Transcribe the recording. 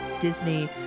Disney